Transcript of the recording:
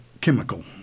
chemical